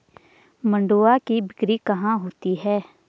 मंडुआ की बिक्री कहाँ होती है?